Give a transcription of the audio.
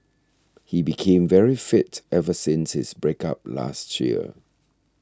he became very fit ever since his break up last year